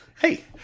hey